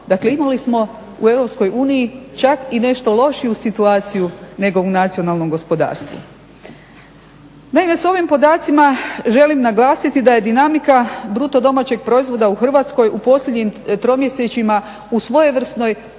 Dakle, imali smo u EU čak i nešto lošiju situaciju nego u nacionalnom gospodarstvu. Naime, s ovim podacima želim naglasiti da je dinamika BDP-a u Hrvatskoj u posljednjim tromjesečjima u svojevrsnoj